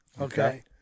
okay